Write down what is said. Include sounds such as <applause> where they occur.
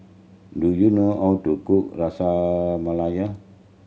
do you know how to cook <unintelligible>